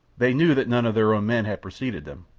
they knew that none of their own men had preceded them,